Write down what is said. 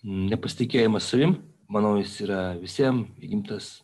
nepasitikėjimas savim manau jis yra visiem įgimtas